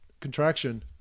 Contraction